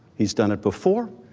he's done it before.